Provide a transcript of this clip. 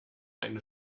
eine